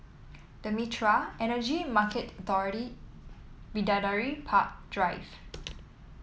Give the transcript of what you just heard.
The Mitraa Energy Market Authority Bidadari Park Drive